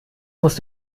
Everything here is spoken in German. muss